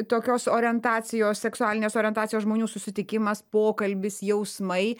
tokios orientacijos seksualinės orientacijos žmonių susitikimas pokalbis jausmai